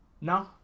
No